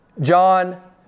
John